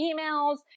emails